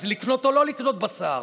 אז לקנות או לא לקנות בשר?